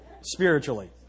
Spiritually